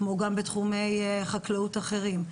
כמו גם בתחומי חקלאות אחרים.